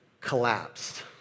collapsed